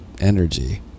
energy